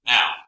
Now